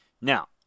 Now